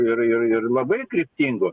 ir ir ir labai kryptingų